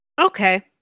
Okay